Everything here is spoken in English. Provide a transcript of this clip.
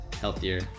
healthier